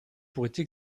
pourraient